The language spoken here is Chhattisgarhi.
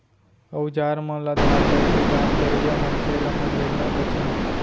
अउजार मन ल धार करे के काम करइया मनसे ल मंजइया कथें